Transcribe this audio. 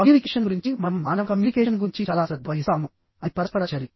communication గురించి మనం మానవ కమ్యూనికేషన్ గురించి చాలా శ్రద్ధ వహిస్తాము అది పరస్పర చర్య